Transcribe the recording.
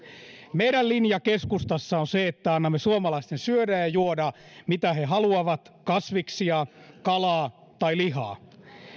meidän linjamme keskustassa on se että me annamme suomalaisten syödä ja juoda mitä he haluavat kasviksia kalaa tai lihaa